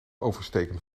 oversteken